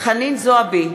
חנין זועבי,